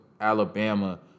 Alabama